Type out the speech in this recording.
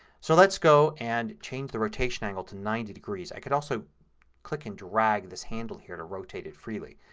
so let's go and change the rotation angle to ninety degrees. i can also click and drag this handle here to rotate it freely.